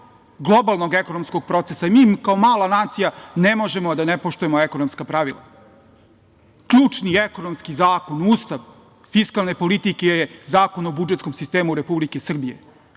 globalnog ekonomskog procesa. Mi kao mala nacija ne možemo da ne poštujemo ekonomska pravila. Ključni ekonomski zakon, ustav fiskalne politike je Zakon o budžetskom sistemu Republike Srbije.